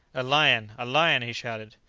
a lion! a lion! he shouted.